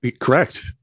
Correct